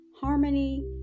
harmony